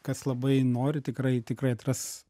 kas labai nori tikrai tikrai atras